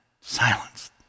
silence